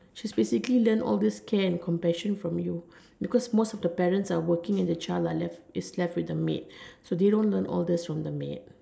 just basically learn all this care and compassion from you because most of the parents are working and the child are left is left with the maid and they don't learn all these from the maid